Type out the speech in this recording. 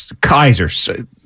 Kaiser